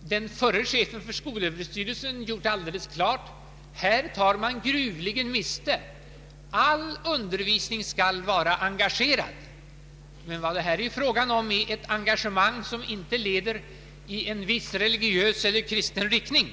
den förre chefen för skolöverstyrelsen gjort alldeles klart, att man här gruvligen tar miste. All undervisning skall vara engagerad. Men här är det fråga om ett engagemang som inte leder i en viss religiös eller kristen riktning.